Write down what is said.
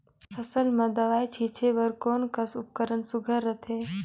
फसल म दव ई छीचे बर कोन कस उपकरण सुघ्घर रथे?